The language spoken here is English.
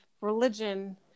religion